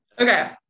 Okay